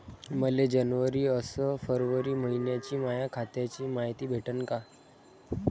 मले जनवरी अस फरवरी मइन्याची माया खात्याची मायती भेटन का?